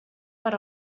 per